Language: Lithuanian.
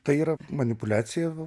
tai yra manipuliacija